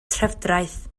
trefdraeth